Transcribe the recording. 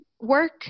work